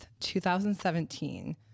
2017